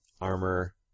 armor